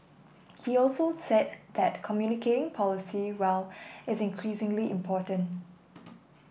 he also said that communicating policy well is increasingly important